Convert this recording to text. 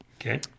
Okay